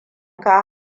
ka